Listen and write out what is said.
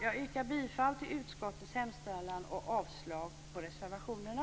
Jag yrkar bifall till utskottets hemställan och avslag på reservationerna.